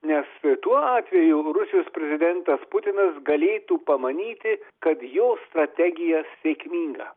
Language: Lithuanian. nes tuo atveju rusijos prezidentas putinas galėtų pamanyti kad jo strategija sėkminga